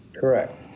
Correct